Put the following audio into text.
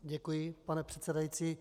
Děkuji, pane předsedající.